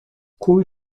kuj